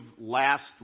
last